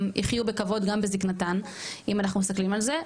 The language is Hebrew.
יחיו בכבוד גם בזקנתם אם אנחנו מסתכלים על זה,